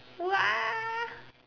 !wah!